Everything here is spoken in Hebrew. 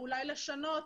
אולי לשנות,